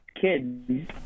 kids